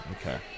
Okay